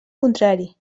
contrari